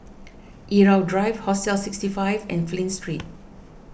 Irau Drive Hostel sixty five and Flint Street